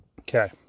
Okay